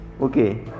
okay